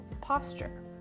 posture